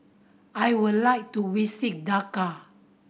I would like to visit Dakar